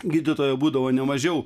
gydytojo būdavo ne mažiau